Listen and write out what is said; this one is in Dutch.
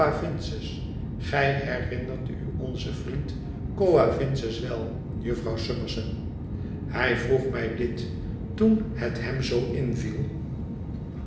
gij herinnert u onzen vriend coavinses wel jufvrouw summerson hij vroeg mij dit toen het hem zoo inviel